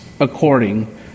according